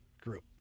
group